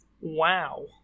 Wow